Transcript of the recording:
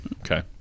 okay